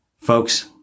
Folks